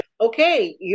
Okay